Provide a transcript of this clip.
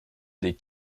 des